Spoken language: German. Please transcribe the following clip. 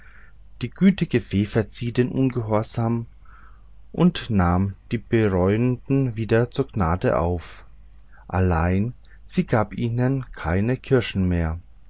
die gütige fee verzieh den ungehorsam und nahm die bereuenden wieder zu gnaden auf allein sie gab ihnen keine kirschen mehr